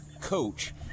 coach